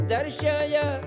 Darshaya